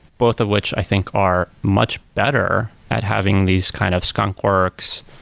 both of which i think are much better at having these kind of skunkworks,